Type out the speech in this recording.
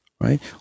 right